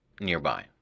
nearby